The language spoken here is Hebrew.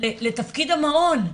לתפקיד המעון.